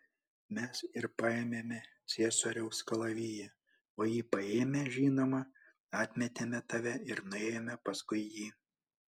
mes ir paėmėme ciesoriaus kalaviją o jį paėmę žinoma atmetėme tave ir nuėjome paskui jį